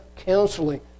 Counseling